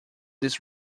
this